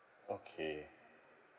okay